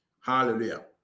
Hallelujah